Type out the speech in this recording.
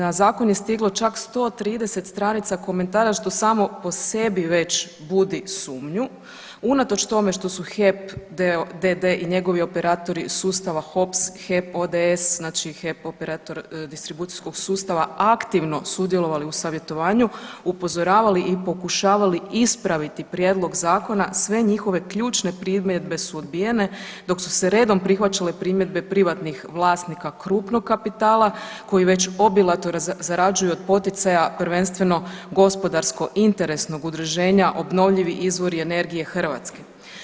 Na zakon je stiglo čak 130 stranica komentara što samo po sebi već budi sumnju unatoč tome što su HEP d.d. i njegovi operatori sustava HOPS, HEP ODS, znači HEP-Operator distribucijskog sustava aktivno sudjelovali u savjetovanju, upozoravali i pokušavali ispraviti prijedlog zakona, sve njihove ključne primjedbe su odbijene, dok su se redom prihvaćale primjedbe privatnih vlasnika krupnog kapitala koji već obilato zarađuju od poticaja prvenstveno gospodarsko interesnog udruženja Obnovljivi izvori energije Hrvatske.